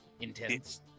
intense